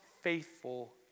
faithful